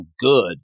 good